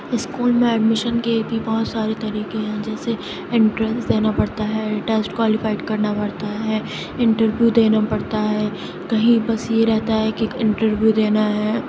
school میں admission کے بھی بہت سارے طریقے ہیں جیسے انٹرنس دینا پڑتا ہے ٹیسٹ کوالیفائیڈ کرنا پڑتا ہے انٹرویو دینا پڑتا ہے کہیں بس یہ رہتا ہے کہ انٹرویو دینا ہے